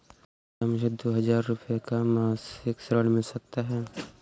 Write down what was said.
क्या मुझे दो हजार रूपए का मासिक ऋण मिल सकता है?